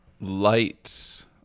Light's